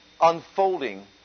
unfolding